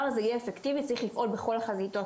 הזה יהיה אפקטיבי צריך לפעול בכל החזיתות,